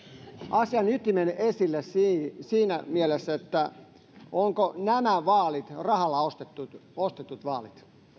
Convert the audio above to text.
asian ytimen esille siinä mielessä ovatko nämä rahalla ostetut vaalit